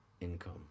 income